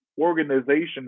organization